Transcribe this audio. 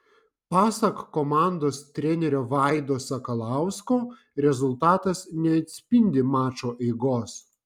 pasak komandos trenerio vaido sakalausko rezultatas neatspindi mačo eigos